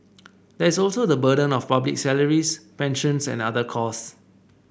there is also the burden of public salaries pensions and other costs